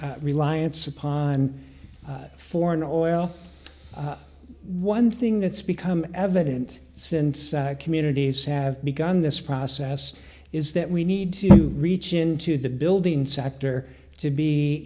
reliance upon foreign oil one thing that's become evident since communities have begun this process is that we need to reach into the building sector to be